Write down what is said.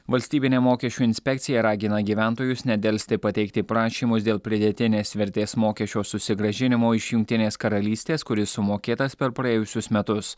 valstybinė mokesčių inspekcija ragina gyventojus nedelsti pateikti prašymus dėl pridėtinės vertės mokesčio susigrąžinimo iš jungtinės karalystės kuris sumokėtas per praėjusius metus